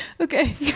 okay